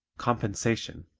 compensation